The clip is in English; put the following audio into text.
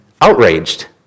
outraged